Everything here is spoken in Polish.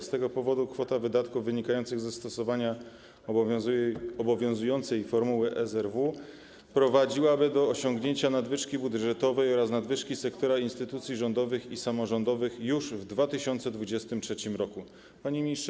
Z tego powodu kwota wydatków wynikających ze stosowania obowiązującej formuły SRW prowadziłaby do osiągnięcia nadwyżki budżetowej oraz nadwyżki sektora instytucji rządowych i samorządowych już w 2023 r. Panie Ministrze!